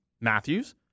Matthews